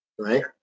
right